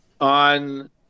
on